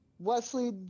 Wesley